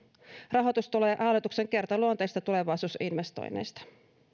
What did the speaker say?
rahoitus tulee hallituksen kertaluonteisista tulevaisuusinvestoinneista